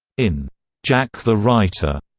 in jack the writer,